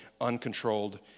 uncontrolled